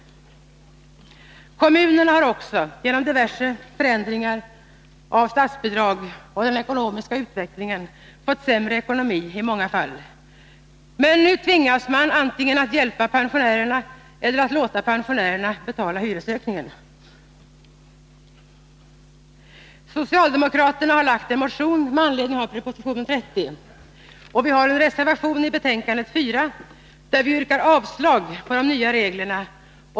Kommunerna har också genom diverse förändringar av statsbidrag och genom den ekonomiska utvecklingen i många fall fått sämre ekonomi. Men nu tvingas de att antingen hjälpa pensionärerna eller låta pensionärerna betala hyresökningen. Socialdemokraterna har väckt en motion med anledning av proposition 30. Vi har också till betänkande 4 avgivit en reservation, där vi yrkar avslag på förslaget om de nya reglerna.